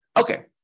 Okay